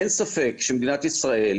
אין ספק שמדינת ישראל,